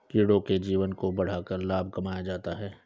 कीड़ों के जीवन को बढ़ाकर लाभ कमाया जाता है